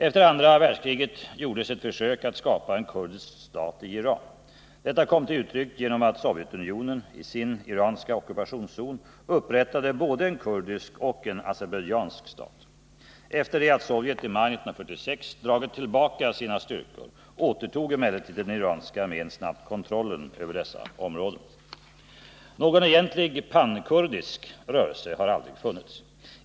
Efter andra världskriget gjordes ett försök att skapa en kurdisk stat i Iran. Detta kom till uttryck genom att Sovjetunionen i sin iranska ockupationszon upprättade både en kurdisk och en azerbaijdjansk stat. Efter det att Sovjet i maj 1946 dragit tillbaka sina styrkor återtog emellertid den iranska armén snabbt kontrollen över dessa områden. Någon egentlig pankurdisk rörelse har aldrig funnits.